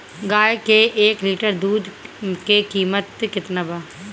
गाय के एक लिटर दूध के कीमत केतना बा?